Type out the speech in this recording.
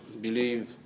believe